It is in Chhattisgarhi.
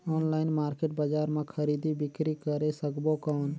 ऑनलाइन मार्केट बजार मां खरीदी बीकरी करे सकबो कौन?